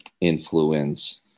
influence